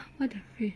what the freak